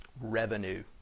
revenue